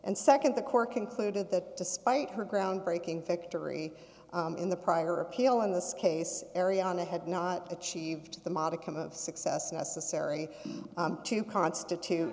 and nd the court concluded that despite her groundbreaking victory in the prior appeal in this case area on a had not achieved the modicum of success necessary to constitute